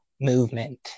movement